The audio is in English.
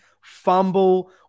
fumble